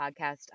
podcast